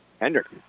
Hendricks